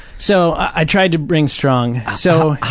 so i tried to bring strong. so.